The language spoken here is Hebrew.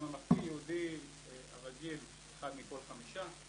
בממלכתי-יהודי הרגיל אחד מכל חמישה,